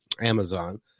Amazon